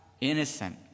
innocent